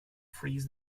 frees